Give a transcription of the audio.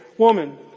woman